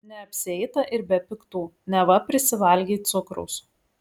neapsieita ir be piktų neva prisivalgei cukraus